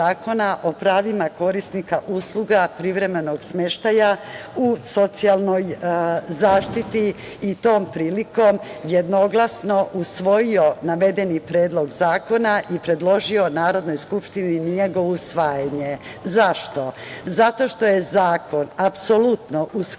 o pravima korisnika usluga privremenog smeštaja u socijalnoj zaštiti i tom prilikom jednoglasno usvojio navedeni predlog zakona i predložio Narodnoj skupštini njegovo usvajanje. Zašto? Zato što je zakon apsolutno u skladu,